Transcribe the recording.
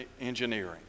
engineering